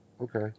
okay